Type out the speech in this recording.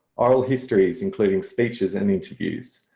oral histories including speeches and interviews,